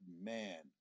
man